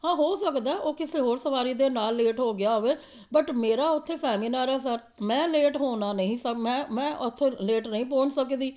ਹਾਂ ਹੋ ਸਕਦਾ ਉਹ ਕਿਸੇ ਹੋਰ ਸਵਾਰੀ ਦੇ ਨਾਲ਼ ਲੇਟ ਹੋ ਗਿਆ ਹੋਵੇ ਬਟ ਮੇਰਾ ਉੱਥੇ ਸੈਮੀਨਾਰ ਹੈ ਸਰ ਮੈਂ ਲੇਟ ਹੋਣਾ ਨਹੀਂ ਸਰ ਮੈਂ ਮੈਂ ਉੱਥੇ ਲੇਟ ਨਹੀਂ ਪਹੁੰਚ ਸਕਦੀ